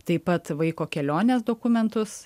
taip pat vaiko kelionės dokumentus